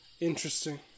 interesting